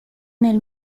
nel